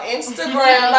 Instagram